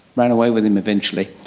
ran away with him eventually,